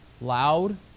Loud